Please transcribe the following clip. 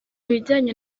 bijyanye